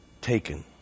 Taken